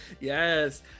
yes